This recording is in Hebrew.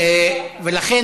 אוקיי.